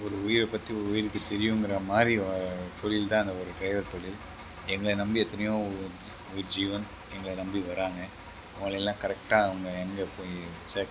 ஒரு உயிரை பற்றி ஒரு உயிருக்கு தெரியுங்கிற மாதிரி தொழில் தான் அந்த ஒரு டிரைவர் தொழில் என்ன நம்பி எத்தனையோ உயிர் ஜீவன் எங்களை நம்பி வராங்க அவங்கள எல்லாம் கரெக்டாக அவங்க எங்கே போய் சேர்க்கணும்